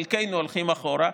חלקנו הולכים אחורה,